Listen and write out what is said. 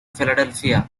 philadelphia